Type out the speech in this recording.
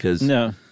No